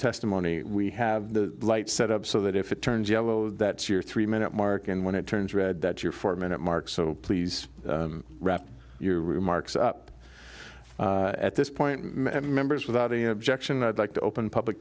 testimony we have the light set up so that if it turns yellow that's your three minute mark and when it turns red that your four minute mark so please wrap your remarks up at this point members without any objection i'd like to open public